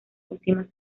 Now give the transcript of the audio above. últimas